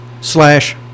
slash